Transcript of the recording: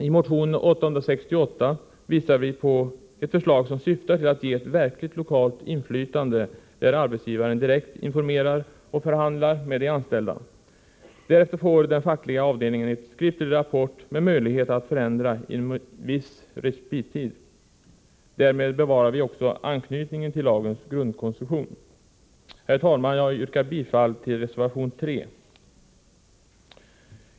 I motion 868 visar vi på ett förslag som syftar till att ge ett verkligt lokalt inflytande, där arbetsgivaren direkt informerar och förhandlar med de anställda. Därefter får den fackliga avdelningen en skriftlig rapport och möjlighet att förändra inom en viss respittid. Därmed bevarar vi också anknytningen till lagens grundkonstruktion. Herr talman! Jag yrkar bifall till reservation 3.